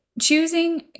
choosing